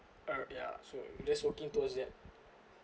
uh ya so we just working towards that